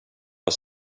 vad